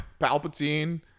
Palpatine